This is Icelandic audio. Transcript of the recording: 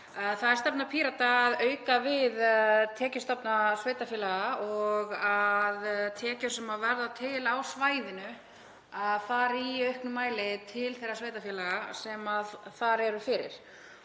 Það er stefna Pírata að auka við tekjustofna sveitarfélaga og að þær tekjur sem verða til á svæðinu fari í auknum mæli til þeirra sveitarfélaga sem þar eru fyrir.